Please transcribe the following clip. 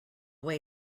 way